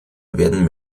werden